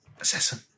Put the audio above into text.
Assassin